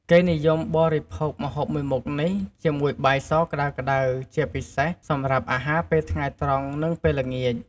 គេនិយមបរិភោគម្ហូបមួយមុខនេះ ជាមួយបាយសក្ដៅៗ ជាពិសេសសម្រាប់អាហារពេលថ្ងៃត្រង់ និងពេលល្ងាច។